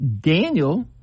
Daniel